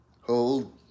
hold